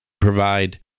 provide